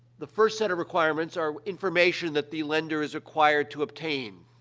the first set of requirements are information that the lender is acquired to obtain.